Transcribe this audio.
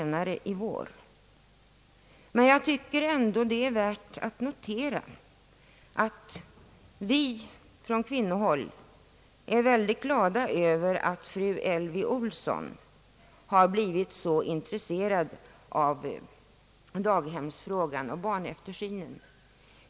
Jag tycker det är värt att notera, att vi kvinnor är väldigt glada över att fru Elvy Olsson har blivit så intresserad av daghemsfrågan och barntillsynen.